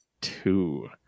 two